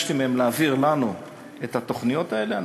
ביקשתי מהם להעביר לנו את התוכניות האלה,